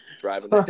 Driving